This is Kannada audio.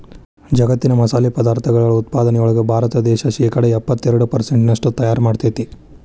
ಜಗ್ಗತ್ತಿನ ಮಸಾಲಿ ಪದಾರ್ಥಗಳ ಉತ್ಪಾದನೆಯೊಳಗ ಭಾರತ ದೇಶ ಶೇಕಡಾ ಎಪ್ಪತ್ತೆರಡು ಪೆರ್ಸೆಂಟ್ನಷ್ಟು ತಯಾರ್ ಮಾಡ್ತೆತಿ